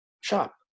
shop